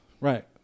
Right